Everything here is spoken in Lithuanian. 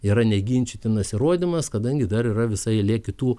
yra neginčytinas įrodymas kadangi dar yra visa eilė kitų